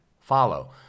follow